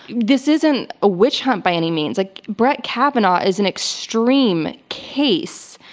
this isn't a witch hunt, by any means. like brett kavanaugh is an extreme case,